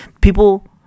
People